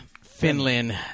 Finland